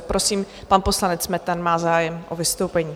Prosím, pan poslanec Metnar má zájem o vystoupení.